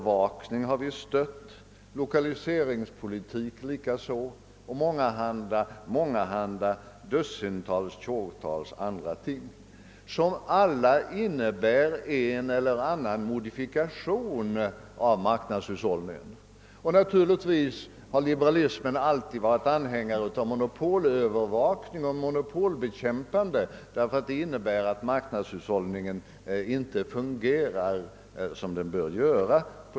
Vi har stött prisövervakning, l1okaliseringspolitik och dussintals, för att inte säga tjogtals, andra åtgärder som alla innebär en eller annan modifikation av marknadshushållningen. Naturligtvis har också liberalismens företrädare varit förespråkare för monopolövervakning och monopolbekämpande, eftersom monopol innebär att marknadshushållningen inte fungerar som den bör.